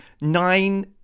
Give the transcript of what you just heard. nine